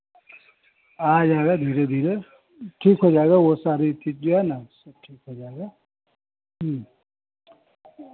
आ जाएगा धीरे धीरे ठीक हो जाएगा वो सारी चीज़ जो है न सब ठीक हो जाएगा